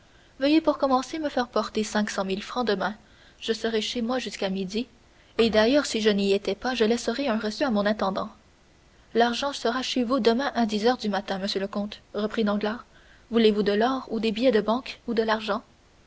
veuillez pour commencer me faire porter cinq cent mille francs demain je serai chez moi jusqu'à midi et d'ailleurs si je n'y étais pas je laisserais un reçu à mon intendant l'argent sera chez vous demain à dix heures du matin monsieur le comte répondit danglars voulez-vous de l'or ou des billets de banque ou de l'argent